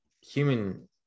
human